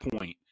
point